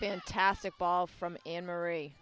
fantastic ball from emory